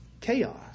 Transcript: chaos